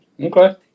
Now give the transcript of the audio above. Okay